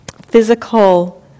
physical